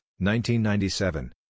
1997